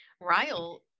Ryle